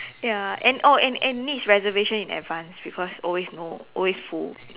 ya and oh and and needs reservation in advanced because always no always full